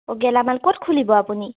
অ' গেলামাল ক'ত খুলিব আপুনি